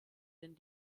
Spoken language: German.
den